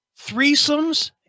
threesomes